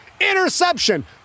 Interception